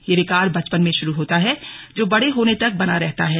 यह विकार बचपन में शुरू होता है जो बड़े होने तक बना रहता है